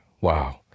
wow